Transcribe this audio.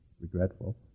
regretful